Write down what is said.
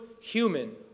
human